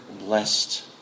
blessed